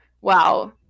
wow